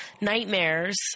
nightmares